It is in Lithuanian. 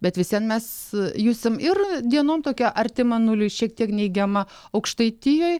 bet vis vien mes jusim ir dienom tokia artima nuliui šiek tiek neigiama aukštaitijoj